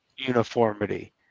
uniformity